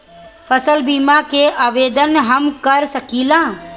फसल बीमा के आवेदन हम कर सकिला?